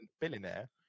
billionaire